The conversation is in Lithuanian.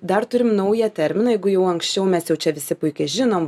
dar turime naują terminą jeigu jau anksčiau mes jau čia visi puikiai žinom